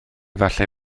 falle